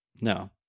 No